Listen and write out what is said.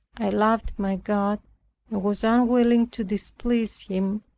i loved my god and was unwilling to displease him,